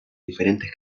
diferentes